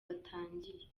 batangiye